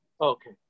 Okay